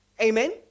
Amen